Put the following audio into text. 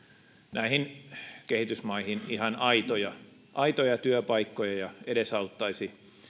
näihin kehitysmaihin ihan aitoja aitoja työpaikkoja ja edesauttaisi